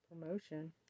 Promotion